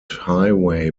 highway